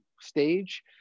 stage